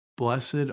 Blessed